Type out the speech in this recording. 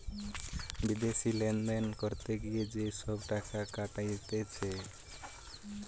বিদেশি লেনদেন করতে গিয়ে যে সব টাকা কাটতিছে